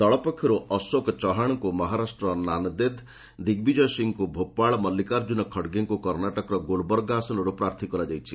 ଦଳ ପକ୍ଷରୁ ଅଶୋକ ଚହାଣଙ୍କୁ ମହାରାଷ୍ଟ୍ରର ନାନଦେଦ୍ ଦିଗ୍ବିଜୟ ସିଂଙ୍କୁ ଭୋପାଳ ମଲ୍ଲିକାର୍ଜୁନ ଖଡ୍ଗେଙ୍କୁ କର୍ଣ୍ଣାଟକର ଗୁଲ୍ବର୍ଗା ଆସନରୁ ପ୍ରାର୍ଥୀ କରାଯାଇଛି